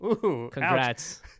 congrats